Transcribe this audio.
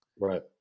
right